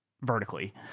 vertically